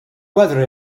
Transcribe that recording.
weather